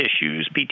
issues